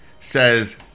says